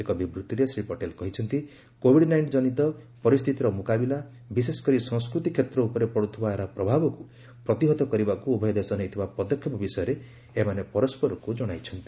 ଏକ ବିବୃଭିରେ ଶ୍ରୀ ପଟେଲ କହିଛନ୍ତି କୋଭିଡ୍ ନାଇଷ୍ଟିନ୍ ଜନିତ ପରିସ୍ଥିତିର ମୁକାବିଲା ବିଶେଷ କରି ସଂସ୍କୃତି କ୍ଷେତ୍ର ଉପରେ ପଡ଼ୁଥିବା ଏହାର ପ୍ରଭାବକୁ ପ୍ରତିହତ କରିବାକୁ ଉଭୟ ଦେଶ ନେଇଥିବା ପଦକ୍ଷେପ ବିଷୟରେ ଏମାନେ ପରସ୍କରକୁ ଜଣାଇଛନ୍ତି